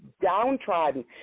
downtrodden